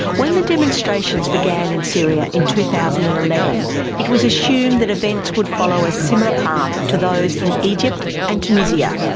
when the demonstrations began in syria in two thousand and eleven it was assumed that events would follow a similar path to those in egypt and tunisia.